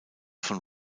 von